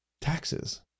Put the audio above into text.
Taxes